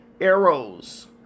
arrows